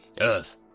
Earth